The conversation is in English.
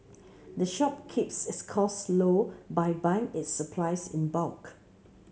the shop keeps its costs low by buying its supplies in bulk